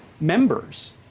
members